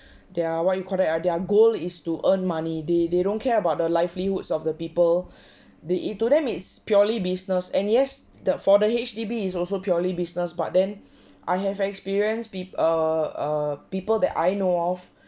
their what you call that ah their goal is to earn money they they don't care about the livelihoods of the people the e to them it's purely business and yes the for the H_D_B is also purely business but then I have experience peop~ err err people that I know of